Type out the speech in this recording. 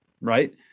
Right